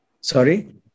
Sorry